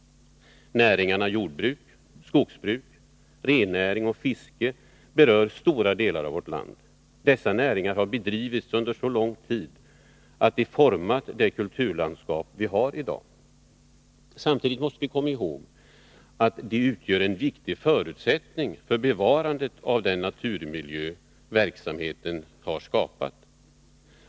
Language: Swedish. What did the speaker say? Näringarna jordbruk, skogsbruk, rennäring och fiske berör stora delar av vårt land. Dessa näringar har bedrivits under så lång tid att de format det kulturlandskap som vi har i dag. Samtidigt måste vi komma ihåg att de utgör en viktig förutsättning för bevarandet av den naturmiljö som verksamheten skapat.